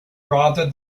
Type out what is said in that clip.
rather